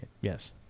yes